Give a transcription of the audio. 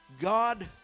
God